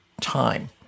time